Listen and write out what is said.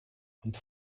und